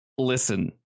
Listen